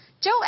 Joe